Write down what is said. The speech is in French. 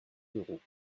d’euros